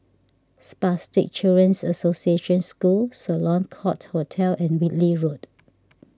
Spastic Children's Association School Sloane Court Hotel and Whitley Road